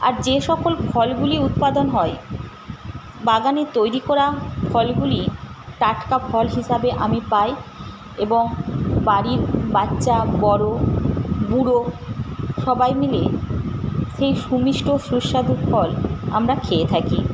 আর যে সকল ফলগুলি উৎপাদন হয় বাগানে তৈরি করা ফলগুলি টাটকা ফল হিসাবে আমি পাই এবং বাড়ির বাচ্চা বড় বুড়ো সবাই মিলে সেই সুমিষ্ট সুস্বাদু ফল আমরা খেয়ে থাকি